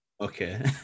okay